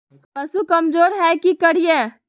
पशु कमज़ोर है कि करिये?